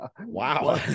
wow